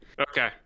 Okay